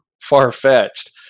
far-fetched